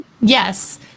Yes